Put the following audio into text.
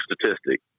statistic